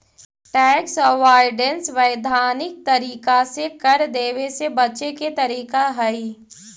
tax avoidance वैधानिक तरीका से कर देवे से बचे के तरीका हई